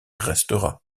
restera